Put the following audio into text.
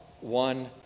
one